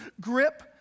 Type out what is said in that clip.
grip